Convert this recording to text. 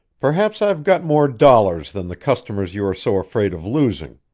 perhaps i've got more dollars than the customers you are so afraid of losing.